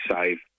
save